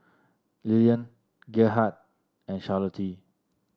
Lillian Gerhardt and Charlottie